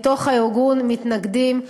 מתוך הארגון מתנגדים.